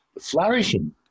flourishing